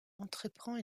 entreprend